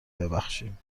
بخشیم